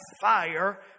fire